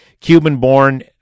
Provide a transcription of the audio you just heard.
Cuban-born